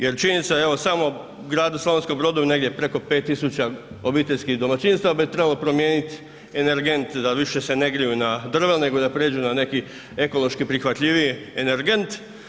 Jer činjenica evo samo u gradu Slavonskom Brodu negdje preko pet tisuća obiteljskih domaćinstava bi trebalo promijeniti energent, da se više ne griju na drva nego da prijeđu na neki ekološki prihvatljiviji energent.